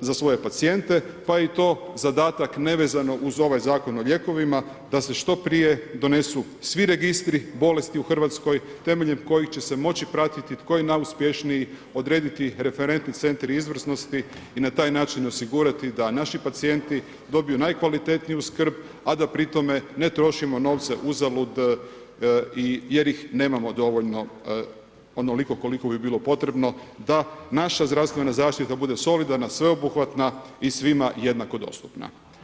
za svoje pacijente pa i to zadatak nevezano uz ovaj zakon o lijekovima da se što prije donesu svi registri, bolesti u Hrvatskoj temeljem kojih će se moći pratiti tko je najuspješniji, odrediti referentni centri izvrsnosti i na taj način osigurati da naši pacijenti dobiju najkvalitetniju skrb a da pri tome ne trošimo novce uzalud jer ih nemamo dovoljno onoliko koliko bi bilo potrebno da naša zdravstvena zaštita bude solidarna, sveobuhvatna i svima jednako dostupna.